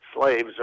Slaves